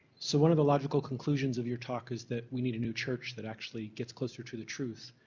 so one of the logical conclusions of your talk is that we need a new church that actually gets closer to the truth